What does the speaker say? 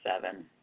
seven